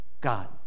God